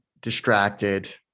distracted